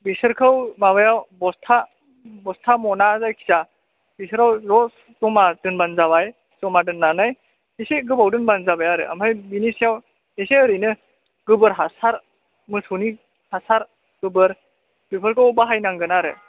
बेसोरखौ माबायाव बस्था बस्था म'ना जायखिजाया बेफोराव ज' ज'मा दोनबानो जाबाय ज'मा दोन्नानै एसे गोबाव दोनबानो जाबाय आरो ओमफ्राय बेनि सायाव एसे ओरैनो गोबोर हासार मोसौनि हासार गोबोर बेफोरखौ बाहायनांगोन आरो